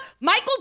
Michael